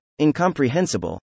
Incomprehensible